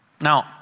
Now